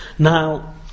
Now